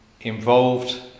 involved